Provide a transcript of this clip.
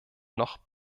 noch